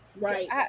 right